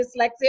dyslexia